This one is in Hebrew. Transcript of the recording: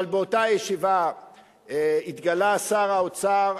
אבל באותה ישיבה התגלה שר האוצר.